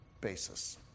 basis